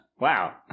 Wow